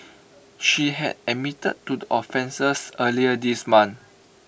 she had admitted to the offences earlier this month